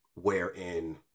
wherein